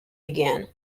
again